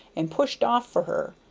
and pushed off for her,